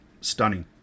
stunning